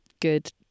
good